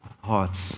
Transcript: hearts